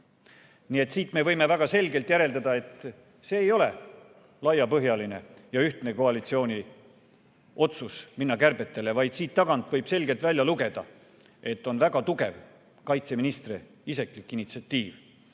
Siit me võime väga selgelt järeldada, et see ei ole laiapõhjaline ja koalitsiooni ühtne otsus minna kärpeid tegema, vaid siit võib selgelt välja lugeda, et see on väga tugev kaitseministri isiklik initsiatiiv.